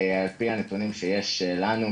על-פי הנתונים שיש לנו,